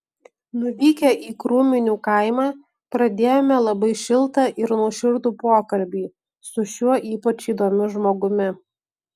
nuvykę į krūminių kaimą pradėjome labai šiltą ir nuoširdų pokalbį su šiuo ypač įdomiu žmogumi